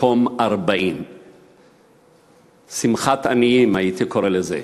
מקום 40. שמחת עניים הייתי קורא לזה,